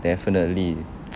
definitely